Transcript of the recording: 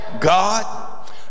God